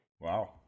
wow